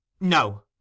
No